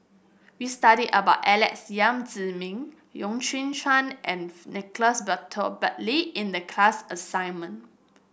we studied about Alex Yam Ziming Loy Chye Chuan and Nicolas Burton Buckley in the class assignment